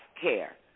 care